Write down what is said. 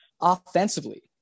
offensively